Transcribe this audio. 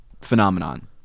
phenomenon